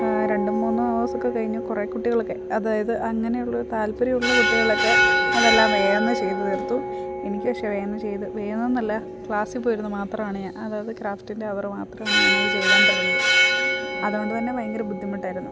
രണ്ട് മൂന്ന് ഹവെഴ്സ് ഒക്കെ കഴിഞ്ഞ് കുറേ കുട്ടികളൊക്കെ അതായത് അങ്ങനെയുള്ള താല്പര്യം ഉള്ള കുട്ടികളൊക്കെ അതെല്ലാം വേഗം എന്ന് ചെയ്ത് തീർത്തു എനിക്ക് പക്ഷെ വേഗം എന്ന് ചെയ്ത് വേഗം എന്നല്ല ക്ലാസിൽ പോയിരുന്നു മാത്രമാണ് ഞാൻ അതാത് ക്രാഫ്റ്റിൻ്റെ അവർ മാത്രാണ് അതുകൊണ്ട് തന്നെ ഭയങ്കര ബുദ്ധിമുട്ടായിരുന്നു